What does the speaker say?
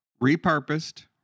repurposed